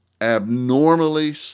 abnormally